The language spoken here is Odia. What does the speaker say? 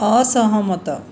ଅସହମତ